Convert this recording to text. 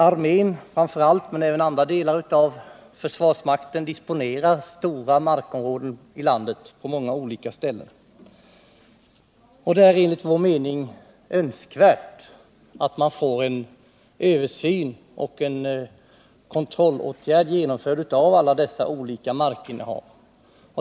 Armén i första hand men även andra delar av försvarsmakten disponerar stora markområden på många olika håll i landet. Det är enligt vår mening önskvärt att översyn och kontroll genomförs när det gäller dessa olika markinnehav.